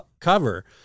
cover